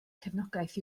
cefnogaeth